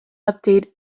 update